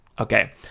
okay